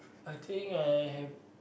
I think I have